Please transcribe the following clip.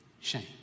shame